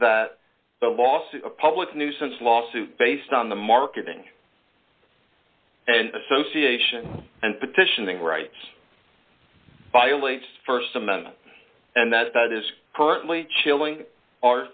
that the loss of a public nuisance lawsuit based on the marketing and association and petitioning rights violates the st amendment and that that is currently chilling